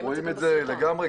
רואים את זה בסרטון, הבן אדם פותח.